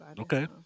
okay